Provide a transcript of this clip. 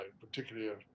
particularly